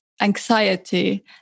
anxiety